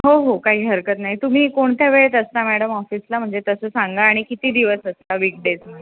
हो हो काही हरकत नही तुम्ही कोणत्या वेळेत असता मॅडम ऑफिसला म्हणजे तसं सांगा आणि किती दिवस असता विकडेजमध्ये